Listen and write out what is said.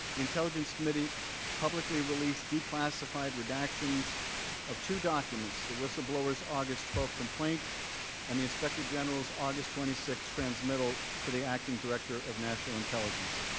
intelligence committee publicly released declassified protections of two documents, the whistleblower's august twelve complaint and the inspector general's august twenty six transmittal to the acting director of national intelligence.